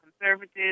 conservatives